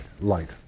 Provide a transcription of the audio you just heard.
light